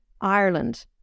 Ireland